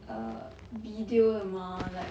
err video 的吗 like